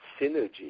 synergy